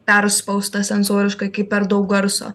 perspausta sensoriškai kai per daug garso